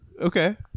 Okay